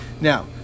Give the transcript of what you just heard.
now